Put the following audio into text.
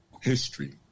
history